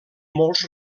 molts